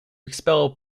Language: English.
expel